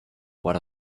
what